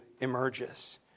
emerges